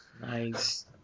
Nice